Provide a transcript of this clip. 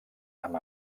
amb